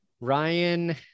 Ryan